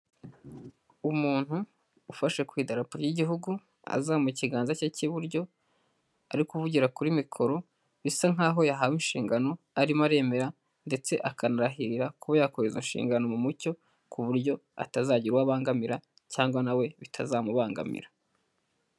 Umuntu ufashe ku idaraporo ry'igihugu azamuye ikiganza cye cy'iburyo ari kuvugira kuri mikoro bisa nk'aho yahawe inshingano arimo aremera ndetse akanarahirira kuba yakora inshingano mu mucyo ku buryo atazagira uwo abangamira cyangwa nawe bitazamubangamira.